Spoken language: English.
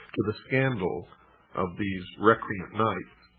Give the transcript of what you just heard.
to the scandal of these recreant knights.